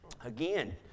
Again